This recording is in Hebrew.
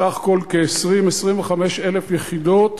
סך הכול 20,000 25,000 יחידות,